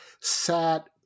sat